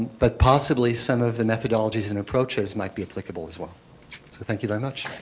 but possibly some of the methodologies and approaches might be applicable as well. so thank you very much.